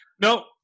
No